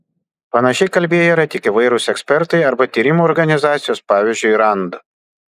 panašiai kalbėję yra tik įvairūs ekspertai arba tyrimų organizacijos pavyzdžiui rand